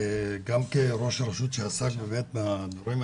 אני מצטער שהגעתי באיחור.